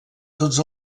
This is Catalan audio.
tots